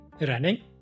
running